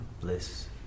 bliss